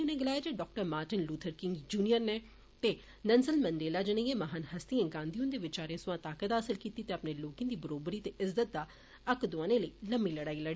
उनें गलाया जे doctor Martin Luther King Junior ते नेनसल मंडेला जनेइये महान हस्तिएं गांधी हुन्दे विचारे सोयां ताकत हासल कीती ते अपने लोके गी बरोबरी ते इज्जत दा हक्क दोआने लेई लम्मी लड़ाई लड़ी